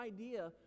idea